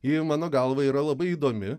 ji mano galva yra labai įdomi